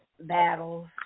battles